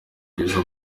jizzo